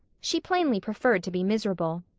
she plainly preferred to be miserable.